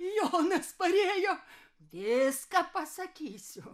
jonas parėjo viską pasakysiu